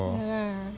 yeah lah